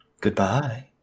Goodbye